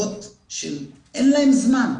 אין להם זמן,